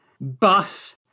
bus